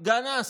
גנזתי".